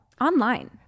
online